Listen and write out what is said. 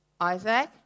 Isaac